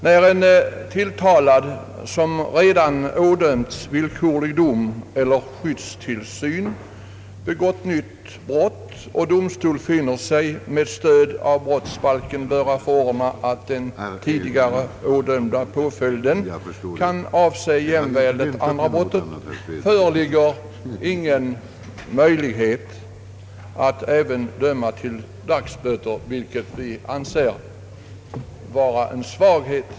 När en tilltalad som redan ådömts villkorlig dom eller skyddstillsyn begått nytt brott och domstol finner sig med stöd av brottsbalken böra förordna att den tidigare ådömda påföljden kan avse jämväl det andra brottet föreligger ingen möjlighet att även döma till dagsböter, vilket vi anser vara en svaghet.